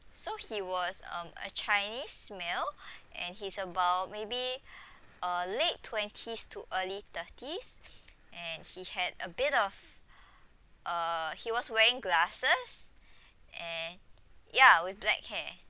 so he was um a chinese male and he's about maybe uh late twenties to early thirties and he had a bit of uh he was wearing glasses and ya with black hair